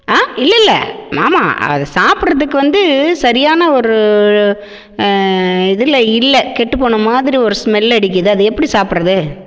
ஆ இல்லைல்ல மாமா அதை சாப்பிட்றதுக்கு வந்து சரியான ஒரு இதில் இல்லை கெட்டுப்போன மாதிரி ஒரு ஸ்மெல் அடிக்குது அது எப்படி சாப்பிட்றது